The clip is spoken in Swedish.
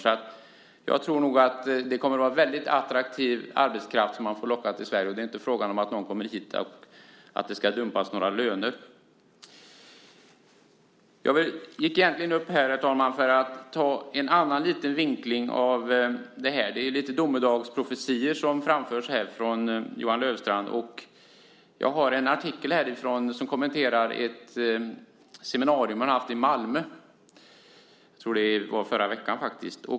Det kommer att vara väldigt attraktiv arbetskraft som man får locka till Sverige. Det är inte fråga om att någon kommer hit för att det ska dumpas några löner. Herr talman! Jag gick egentligen upp i debatten för att göra en lite annan vinkling. Det är lite grann domedagsprofetior som framförs här av Johan Löfstrand. Jag har en artikel som kommenterar ett seminarium man har haft i Malmö. Jag tror att det var i förra veckan.